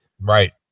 Right